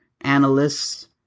analysts